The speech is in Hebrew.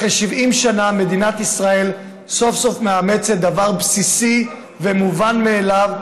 אחרי 70 שנה מדינת ישראל סוף-סוף מאמצת דבר בסיסי ומובן מאליו: